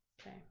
Okay